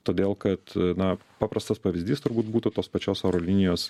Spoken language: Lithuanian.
todėl kad na paprastas pavyzdys turbūt būtų tos pačios oro linijos